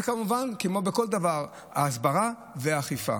וכמובן, כמו בכל דבר, ההסברה והאכיפה.